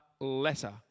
letter